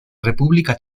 república